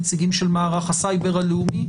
נציגים של מערך הסייבר הלאומי.